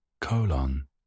colon